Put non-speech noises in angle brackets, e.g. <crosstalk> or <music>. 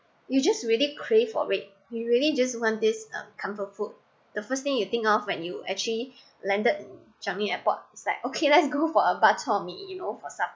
you just really crave for it you really just want this um comfort food the first thing you think of when you actually landed at changi airport it's like okay let's go <laughs> for a bak chor mee you know for some